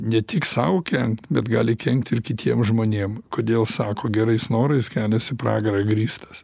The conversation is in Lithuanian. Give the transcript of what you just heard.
ne tik sau kenkt bet gali kenkti ir kitiem žmonėm kodėl sako gerais norais kelias į pragarą grįstas